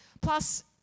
Plus